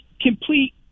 complete